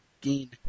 Gain